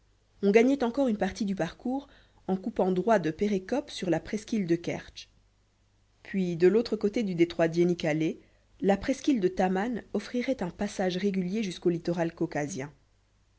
on gagnait encore une partie du parcours en coupant droit de pérékop sur la presqu'île de kertsch puis de l'autre côté du détroit d'iénikalé la presqu'île de taman offrirait un passage régulier jusqu'au littoral caucasien